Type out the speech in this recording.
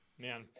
Man